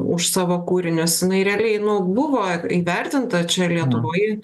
už savo kūrinius jinai realiai nu buvo įvertinta čia lietuvoj